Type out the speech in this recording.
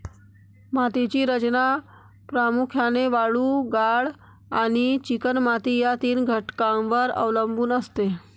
मातीची रचना प्रामुख्याने वाळू, गाळ आणि चिकणमाती या तीन घटकांवर अवलंबून असते